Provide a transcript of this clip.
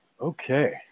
Okay